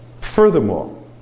Furthermore